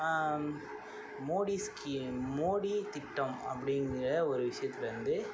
Modi scheme Modi திட்டம் அப்படிங்கிற ஒரு விஷயத்துலருந்து